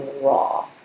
raw